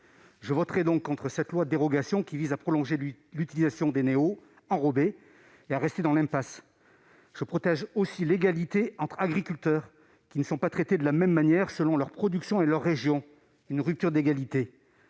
Je voterai donc contre cette loi de dérogation, qui vise à prolonger l'utilisation des néonicotinoïdes enrobés et à rester dans l'impasse. Je protège aussi l'égalité entre agriculteurs, qui ne sont pas traités de la même manière selon leur production et leur région. C'est une rupture d'égalité.